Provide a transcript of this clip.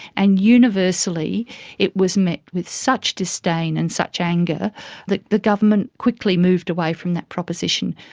and universally it was met with such disdain and such anger that the government quickly moved away from that proposition.